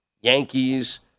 Yankees